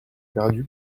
perdu